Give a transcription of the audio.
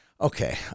Okay